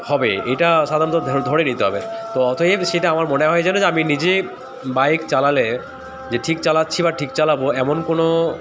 হবে এটা সাধারণত ধরে নিতে হবে তো অতএব সেটা আমার মনে হয় যে আমি নিজেই বাইক চালালে যে ঠিক চালাচ্ছি বা ঠিক চালাবো এমন কোনো